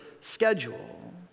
schedule